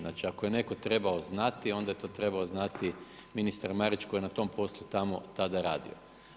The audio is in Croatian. Znači ako je neko trebao znati onda je to trebao znati ministar Marić koji je na tom poslu tamo tada radio.